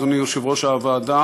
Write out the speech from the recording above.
אדוני יושב-ראש הוועדה